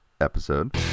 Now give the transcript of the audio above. episode